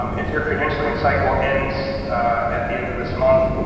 um if your credentialing cycle ends at the end of this month,